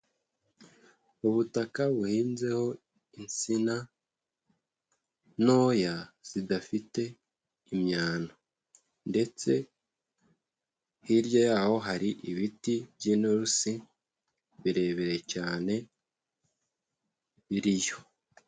Ubutaka buhinzeho insina ntoya zidafite imyano, ndetse hirya yaho hari ibiti by'inturusi birebire cyane biriyo.